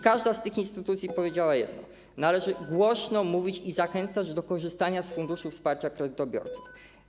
Każda z tych instytucji powiedziała jedno: Należy głośno mówić i zachęcać do korzystania z Funduszu Wsparcia Kredytobiorców.